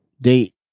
date